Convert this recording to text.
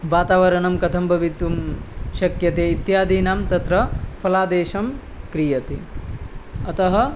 वातावरणं कथं भवितुं शक्यते इत्यादीनां तत्र फलादेशः क्रियते अतः